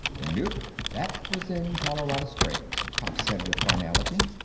nope, that was in colorado springs, pop said with finality.